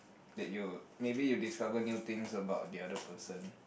that you maybe you discover new things about the other person